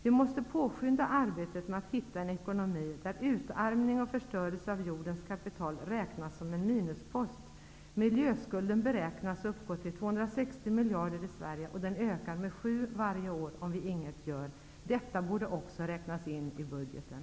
Vi måste påskynda arbetet med att hitta en ekonomi, där utarmning och förstörelse av jordens kapital räknas som en minuspost. Miljöskulden beräknas uppgå till 260 miljarder i Sverige, och den ökar med 7 miljarder varje år om vi inget gör. Detta borde också räknas in i budgeten.